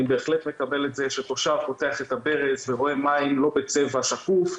אני בהחלט מקבל את זה שתושב פותח את הברז ורואה מים לא בצבע שקוף.